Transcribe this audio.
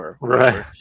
Right